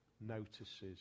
notices